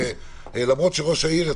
למרות שראש העיר,